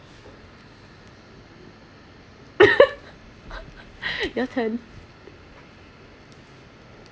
your turn